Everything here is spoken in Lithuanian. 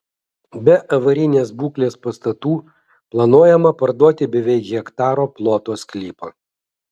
be avarinės būklės pastatų planuojama parduoti beveik hektaro ploto sklypą